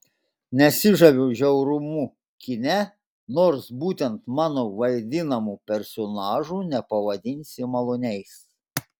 nesižaviu žiaurumu kine nors būtent mano vaidinamų personažų nepavadinsi maloniais